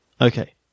Okay